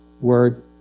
Word